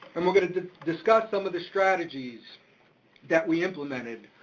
and we're gonna discuss some of the strategies that we implemented,